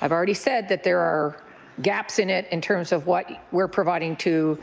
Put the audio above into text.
i've already said that there are gaps in it in terms of what we're providing to